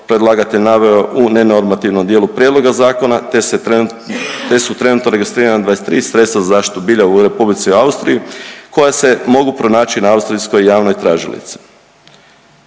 predlagatelj naveo u ne normativnom dijelu prijedloga zakona te su trenutno registrirana 23 sredstva za zaštitu bilja u Republici Austriji koja se mogu pronaći na austrijskoj javnoj tražilici.